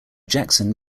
jackson